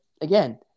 again